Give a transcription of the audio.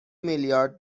میلیارد